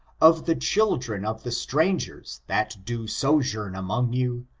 of the children of the strangers that do sojourn among you,